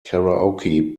karaoke